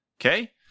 Okay